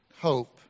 hope